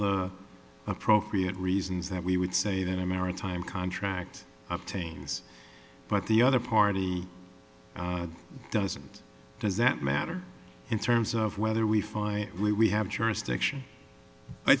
the appropriate reasons that we would say that a maritime contract obtains but the other party doesn't does that matter in terms of whether we find we have jurisdiction i